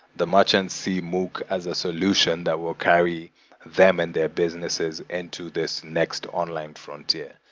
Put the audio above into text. the merchants see mookh as a solution that will carry them and their businesses into this next online frontier.